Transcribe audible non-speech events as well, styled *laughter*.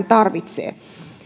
*unintelligible* tarvitsee